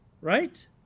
right